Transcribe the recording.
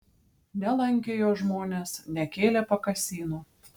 nelankė jo žmonės nekėlė pakasynų